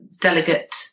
delegate